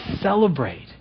celebrate